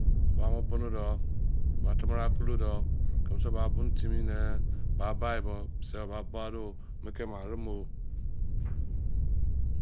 Ba bo bonu do ba tamara kule do kemese ba bonu timi ne ba ni bo se ba pai ro mu ke ma re mo